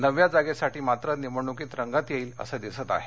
नवव्या जागेसाठी मात्र निवडणुकीत रंगत येईल असं दिसत आहे